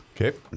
Okay